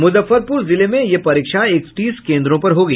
मुजफ्फरपुर जिले में यह परीक्षा इकतीस केन्द्रों पर होगी